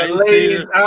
ladies